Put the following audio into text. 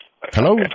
hello